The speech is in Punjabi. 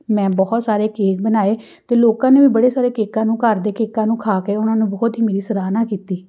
ਮੈਂ ਬਹੁਤ ਸਾਰੇ ਕੇਕ ਬਣਾਏ ਅਤੇ ਲੋਕਾਂ ਨੇ ਵੀ ਬੜੇ ਸਾਰੇ ਕੇਕਾਂ ਨੂੰ ਘਰ ਦੇ ਕੇਕਾਂ ਨੂੰ ਖਾ ਕੇ ਉਹਨਾਂ ਨੂੰ ਬਹੁਤ ਹੀ ਮੇਰੀ ਸਰਾਹੁਣਾ ਕੀਤੀ